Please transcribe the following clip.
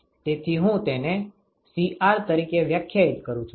તેથી હું તેને Cr તરીકે વ્યાખ્યાયિત કરું છું